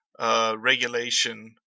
regulation